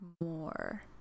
more